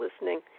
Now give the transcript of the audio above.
listening